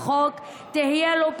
הצעת החוק הזאת באה לתקן